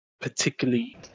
particularly